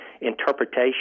interpretation